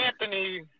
Anthony